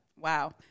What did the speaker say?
Wow